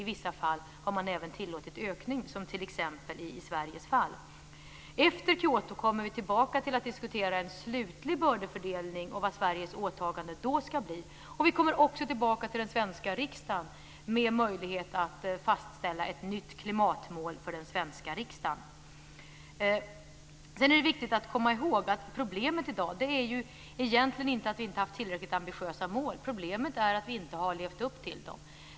I vissa fall har man även tillåtit ökning, som t.ex. i Sveriges fall. Efter Kyoto kommer vi tillbaka för att diskutera en slutlig bördefördelning och vad Sveriges åtagande då skall bli. Regeringen kommer också tillbaka till den svenska riksdagen med möjlighet för den svenska riksdagen att fastställa ett nytt klimatmål. Sedan är det viktigt att komma ihåg att problemet i dag egentligen inte är att vi inte har haft tillräckligt ambitiösa mål. Problemet är att vi inte har levt upp till dem.